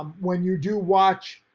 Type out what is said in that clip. um when you do watch,